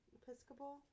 episcopal